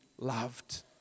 loved